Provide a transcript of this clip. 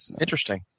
interesting